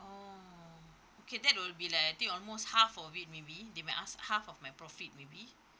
oh okay that will be like I think almost half of it maybe they might ask half of my profit maybe